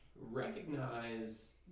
recognize